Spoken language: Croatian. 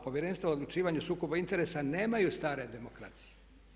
Povjerenstva o odlučivanju sukoba interesa nemaju stare demokracije.